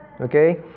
Okay